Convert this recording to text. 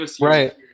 Right